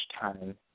time